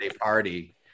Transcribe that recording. party